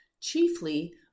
chiefly